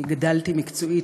גדלתי מקצועית,